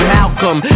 Malcolm